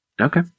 Okay